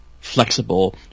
flexible